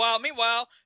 Meanwhile